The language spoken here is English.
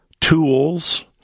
tools